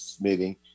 meeting